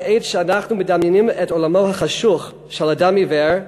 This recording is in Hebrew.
בעת שאנחנו מדמיינים את עולמו החשוך של אדם עיוור,